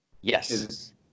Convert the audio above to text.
Yes